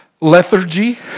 lethargy